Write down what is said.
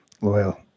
loyal